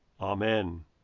Amen